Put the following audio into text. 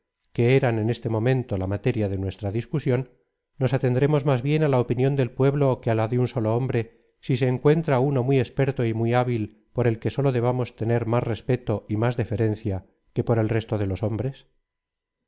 que eran en este momento la materia de nuestra discusión nos atendremos más bien á la opinión del pueblo que á la de un solo hombre si se encuentra uno muy experto y muy hábil por el que sólo debamos tener más respeto y más deferencia que por el resto de los hombres